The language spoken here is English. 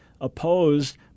opposed